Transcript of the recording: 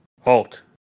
halt